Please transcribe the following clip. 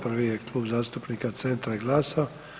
Prvi je Klub zastupnika Centra i Glasa.